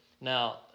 Now